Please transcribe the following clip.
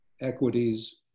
equities